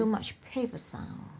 too much papers sound